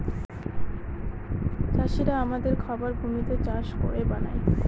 চাষিরা আমাদের খাবার ভূমিতে চাষ করে বানায়